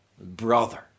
Brother